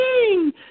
king